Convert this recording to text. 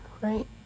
right